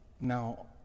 Now